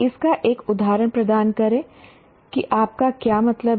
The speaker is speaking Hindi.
इसका एक उदाहरण प्रदान करें कि आपका क्या मतलब है